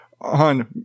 on